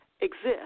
exist